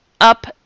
Up